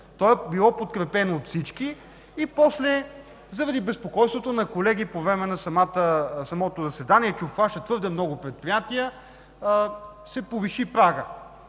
То е било подкрепено от всички и после, заради безпокойството на колеги по време на самото заседание, че се обхващат твърде много предприятия, се повиши прагът.